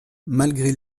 malgré